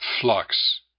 flux